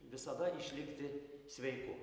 visada išlikti sveiku